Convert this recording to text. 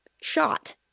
shot